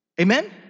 Amen